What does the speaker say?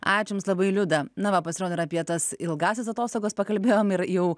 ačiū jums labai liuda na va pasirodo ir apie tas ilgąsias atostogas pakalbėjome ir jau